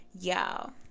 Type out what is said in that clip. y'all